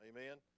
Amen